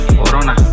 corona